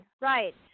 right